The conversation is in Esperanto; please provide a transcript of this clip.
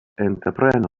entrepreno